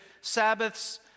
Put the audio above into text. Sabbaths